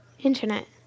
internet